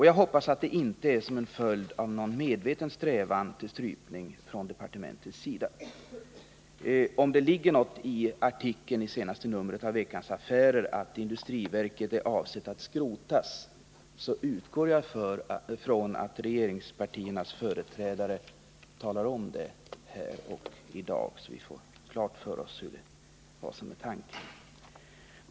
Jag hoppas att detta inte är en följd av någon medveten strävan till strypning från departementets sida. Om det ligger något i vad som sägs i en artikel i senaste numret av Veckans Affärer om att industriverket är avsett att skrotas, utgår jag ifrån att regeringspartiernas företrädare talar om det här i dag.